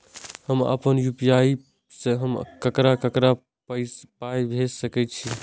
हम आपन यू.पी.आई से हम ककरा ककरा पाय भेज सकै छीयै?